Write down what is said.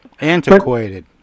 Antiquated